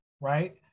right